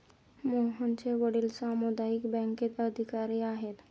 मोहनचे वडील सामुदायिक बँकेत अधिकारी आहेत